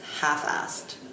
half-assed